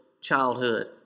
childhood